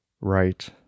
right